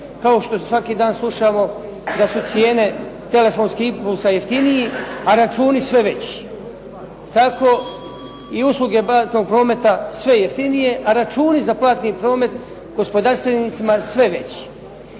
kao što svaki dan slušamo da su cijene telefonskih impulsa jeftinije, a računi sve veći. Tako i usluge platnog prometa sve jeftinije, a računi za platni promet gospodarstvenicima sve veći.